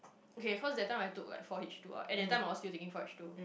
okay cause that time I took like four H-two at that time I was still taking four H-two